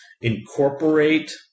incorporate